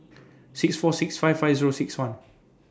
six four six five five Zero six one